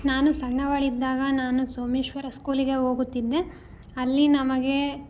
ನಾನು ಸಣ್ಣವಳಿದ್ದಾಗ ನಾನು ಸೋಮೇಶ್ವರ ಸ್ಕೂಲಿಗೆ ಹೋಗುತ್ತಿದ್ದೆ ಅಲ್ಲಿ ನಮಗೆ